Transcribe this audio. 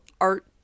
art